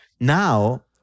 Now